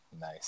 Nice